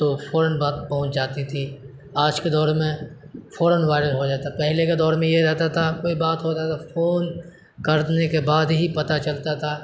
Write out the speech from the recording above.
تو فورا بات پہنچ جاتی تھی آج کے دور میں فورا وائرل ہو جاتا پہلے کے دور میں یہ رہتا تھا کوئی بات ہوتا تھا فون کرنے کے بعد ہی پتہ چلتا تھا